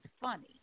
funny